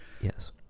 Yes